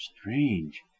strange